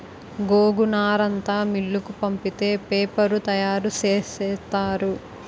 గోగునారంతా మిల్లుకు పంపితే పేపరు తయారు సేసేత్తారు